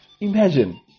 Imagine